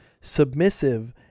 submissive